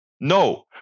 No